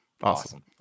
Awesome